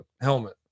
helmet